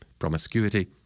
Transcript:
promiscuity